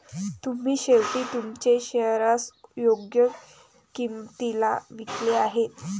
तुम्ही शेवटी तुमचे शेअर्स योग्य किंमतीला विकले आहेत